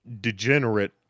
degenerate